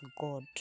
God